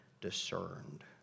discerned